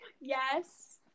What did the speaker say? Yes